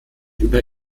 über